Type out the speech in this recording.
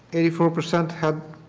eighty four percent have